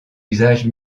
usage